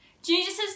Jesus